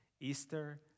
Easter